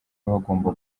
bagomba